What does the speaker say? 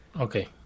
okay